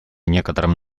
некоторым